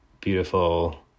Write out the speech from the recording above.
beautiful